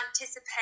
anticipate